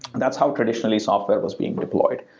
that's how traditionally software was being deployed.